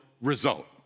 result